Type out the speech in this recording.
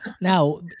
Now